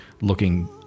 looking